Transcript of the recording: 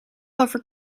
over